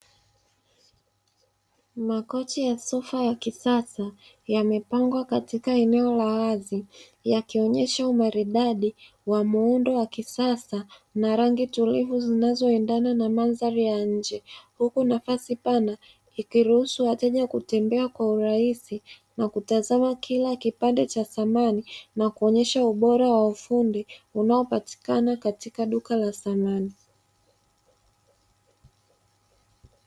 Makochi ya sofa ya kisasa yamepangwa katika eneo la wazi yakionyesha umaridadi wa muundo wa kisasa na rangi tulivu, zinazoendana na mandhari ya nje huku nafasi pana ikiruhusu wateja kutembea kwa urahisi na kutazama kila kipande cha samani na kuonyesha ubora wa ufundi unaopatikana katika duka la samani.